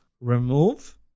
remove